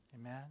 Amen